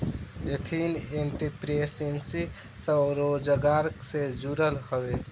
ethnic entrepreneurship स्वरोजगार से जुड़ल हवे